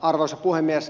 arvoisa puhemies